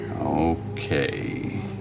Okay